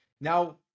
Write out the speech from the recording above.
now